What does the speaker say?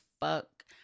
fuck